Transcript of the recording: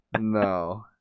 No